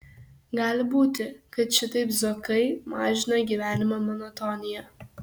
gali būti kad šitaip zuokai mažina gyvenimo monotoniją